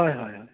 হয় হয় হয়